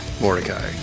Mordecai